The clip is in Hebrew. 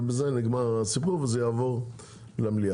ובזה נגמר הסיפור וזה יעבור למליאה.